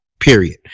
period